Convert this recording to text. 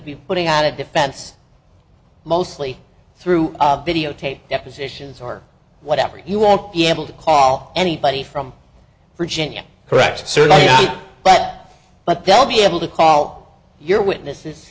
be putting out a defense mostly through videotaped depositions or whatever you won't be able to call anybody from virginia correct certainly but they'll be able to call your witnesses